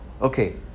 okay